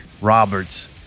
Roberts